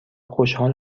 خوشحال